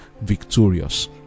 victorious